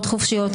מה לעשות,